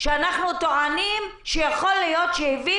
שאנחנו טוענים שיכול להיות שהביא